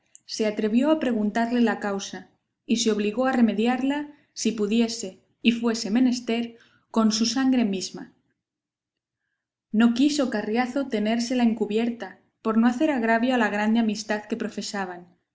se atrevió a preguntarle la causa y se obligó a remediarla si pudiese y fuese menester con su sangre misma no quiso carriazo tenérsela encubierta por no hacer agravio a la grande amistad que profesaban